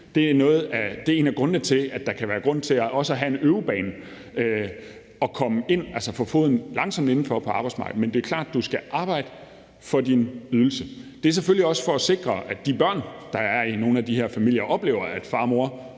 Det er en af grundene til, at der kan være grund til også at have en øvebane, altså så du kan få foden langsomt indenfor på arbejdsmarkedet. Men du skal arbejde for din ydelse. Det er klart. Det er selvfølgelig også for at sikre, at de børn, der er i nogle af de her familier, oplever, at far og mor